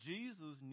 Jesus